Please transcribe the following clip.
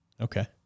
okay